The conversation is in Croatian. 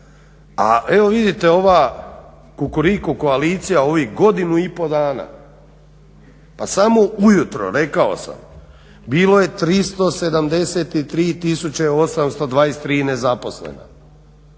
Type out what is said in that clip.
A evo vidite ova Kukuriku koalicija ovih godinu i pol dana pa samo ujutro rekao sam bilo je 373823 nezaposlena.